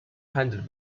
handled